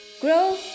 grow